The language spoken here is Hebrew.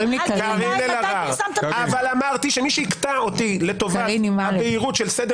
מתי פרסמתם --- אבל אמרתי שמי שיקטע אותי לטובת הבהירות של סדר